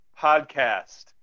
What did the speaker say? Podcast